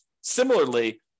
Similarly